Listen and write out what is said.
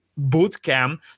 bootcamp